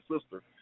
sister